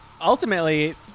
Ultimately